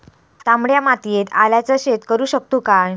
तामड्या मातयेत आल्याचा शेत करु शकतू काय?